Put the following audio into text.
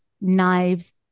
knives